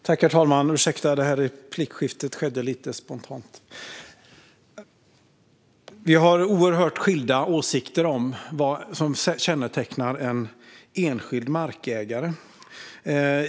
Herr talman! Ursäkta, detta replikskifte skedde lite spontant! Vi har oerhört skilda åsikter om vad som kännetecknar en enskild markägare.